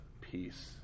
peace